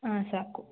ಹಾಂ ಸಾಕು